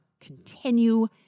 continue